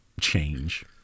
change